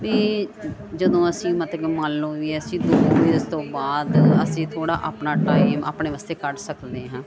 ਅਤੇ ਜਦੋਂ ਅਸੀਂ ਮਤਲਬ ਮੰਨ ਲਓ ਵੀ ਅਸੀਂ ਤੋਂ ਬਾਅਦ ਅਸੀਂ ਥੋੜ੍ਹਾ ਆਪਣਾ ਟਾਈਮ ਆਪਣੇ ਵਾਸਤੇ ਕੱਢ ਸਕਦੇ ਹਾਂ